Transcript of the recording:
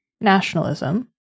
nationalism